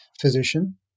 physician